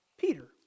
Peter